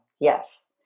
yes